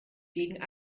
gegen